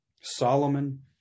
Solomon